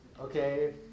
Okay